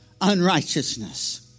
unrighteousness